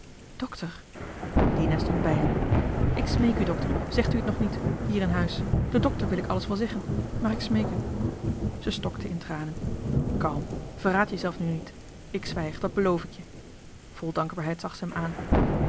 dokter dina stond bij hem ik smeek u dokter zegt u het nog niet hier in huis de dokter wil ik alles wel zeggen maar ik smeek u zij stokte in tranen kalm verraad jezelf nu niet ik zwijg dat belf ik je vol dankbaarheid zag zij hem aan